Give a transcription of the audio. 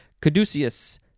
caduceus